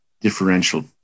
differential